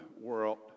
world